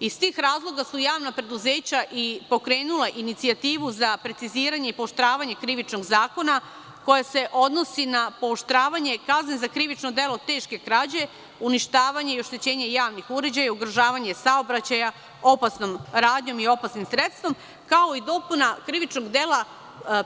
Iz tih razloga su javna preduzeća i pokrenula inicijativu za preciziranje i pooštravanje Krivičnog zakona, koja se odnosi na pooštravanje kazne za krivično delo teške krađe, uništavanje i oštećenje javnih uređaja i ugrožavanje saobraćaja opasnom radnjom i opasnim sredstvom, kao i dopuna krivičnog dela